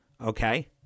Okay